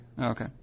Okay